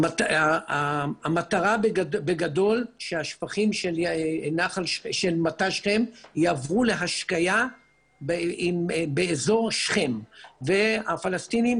המטרה בגדול שהשפכים של מט"ש שכם יעברו להשקיה באזור שכם והפלסטינים